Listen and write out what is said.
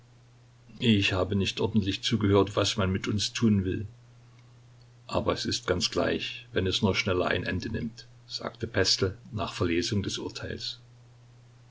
ich habe nicht ordentlich zugehört was man mit uns tun will aber es ist ganz gleich wenn es nur schneller ein ende nimmt sagte pestel nach verlesung des urteils